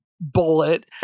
bullet